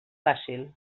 fàcil